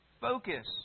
focus